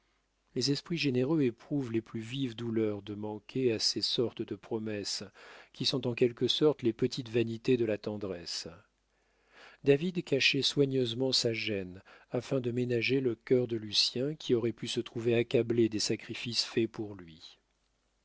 les esprits généreux éprouvent les plus vives douleurs de manquer à ces sortes de promesses qui sont en quelque sorte les petites vanités de la tendresse david cachait soigneusement sa gêne afin de ménager le cœur de lucien qui aurait pu se trouver accablé des sacrifices faits pour lui